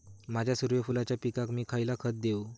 माझ्या सूर्यफुलाच्या पिकाक मी खयला खत देवू?